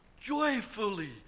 joyfully